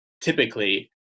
typically